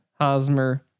Hosmer